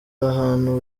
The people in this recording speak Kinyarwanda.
abantu